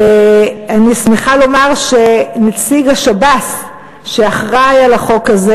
אני שמחה לומר שנציג השב"ס שאחראי על החוק הזה